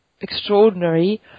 extraordinary